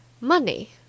Money